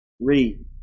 Read